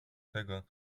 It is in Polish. tego